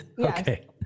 Okay